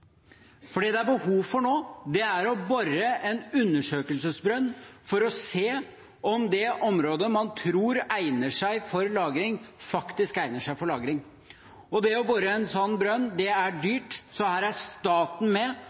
Det er nå behov for å bore en undersøkelsesbrønn for å se om det området man tror egner seg for lagring, faktisk egner seg for lagring. Det er dyrt å bore en sånn brønn, så her er staten med,